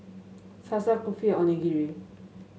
Salsa Kulfi Onigiri